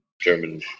german